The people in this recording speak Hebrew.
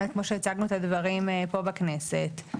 כמו שהצגנו את הדברים פה בכנסת,